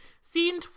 Scene